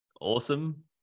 Awesome